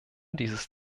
dieses